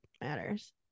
matters